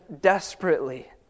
desperately